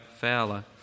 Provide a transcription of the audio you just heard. fowler